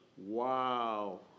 wow